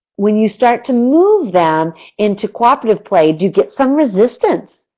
when you start to move them into cooperative play, you get some resistance?